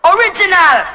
Original